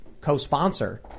co-sponsor